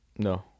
No